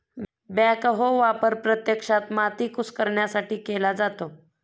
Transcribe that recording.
backhoe वापर प्रत्यक्षात माती कुस्करण्यासाठी केला जातो